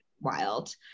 wild